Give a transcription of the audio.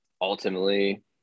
ultimately